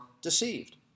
deceived